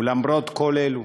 ולמרות כל אלו,